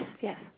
yes